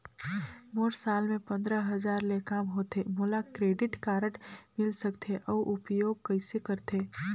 मोर साल मे पंद्रह हजार ले काम होथे मोला क्रेडिट कारड मिल सकथे? अउ उपयोग कइसे करथे?